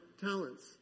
talents